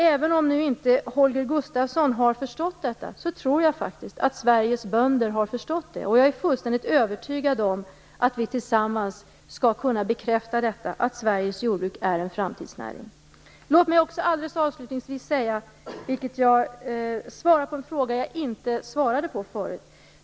Även om inte Holger Gustafsson har förstått detta tror jag faktiskt att Sveriges bönder har förstått det. Jag är fullständigt övertygad om att vi tillsammans skall kunna bekräfta att Sveriges jordbruk är en framtidsnäring. Låt mig också avslutningsvis svara på en fråga jag inte svarade på förut.